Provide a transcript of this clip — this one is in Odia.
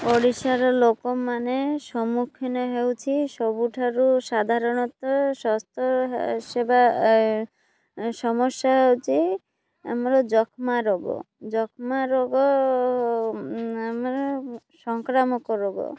ଓଡ଼ିଶାର ଲୋକମାନେ ସମ୍ମୁଖୀନ ହେଉଛି ସବୁଠାରୁ ସାଧାରଣତଃ ସ୍ୱାସ୍ଥ୍ୟ ସେବା ସମସ୍ୟା ହେଉଛି ଆମର ଯକ୍ଷ୍ମା ରୋଗ ଯକ୍ଷ୍ମା ରୋଗ ଆମର ସଂକ୍ରାମକ ରୋଗ